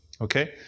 Okay